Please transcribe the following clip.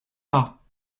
pas